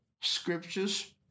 Scripture's